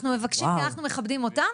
אנחנו מכבדים אותם.